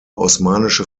osmanische